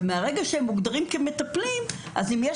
ומהרגע שהם מוגדרים כמטפלים אם יש